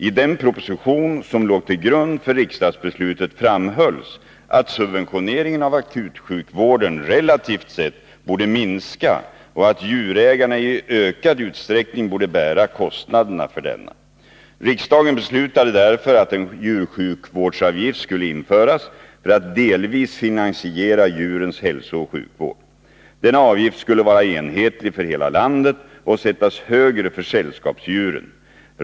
I den proposition som låg till grund för riksdagsbeslutet framhölls att subventioneringen av akutsjukvården relativt sett borde minska och att djurägarna i ökad utsträckning borde bära kostnaderna för denna. Riksdagen beslutade därför att en djursjukvårdsavgift skulle införas för att delvis finansiera djurens hälsooch sjukvård. Denna avgift skulle vara enhetlig för hela landet och sättas högre för sällskapsdjuren.